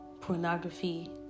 pornography